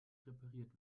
repariert